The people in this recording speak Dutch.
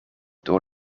door